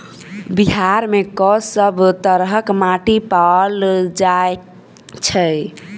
बिहार मे कऽ सब तरहक माटि पैल जाय छै?